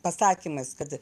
pasakymais kad